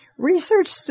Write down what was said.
Research